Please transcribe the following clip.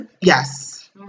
Yes